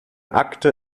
akte